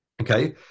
Okay